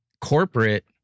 corporate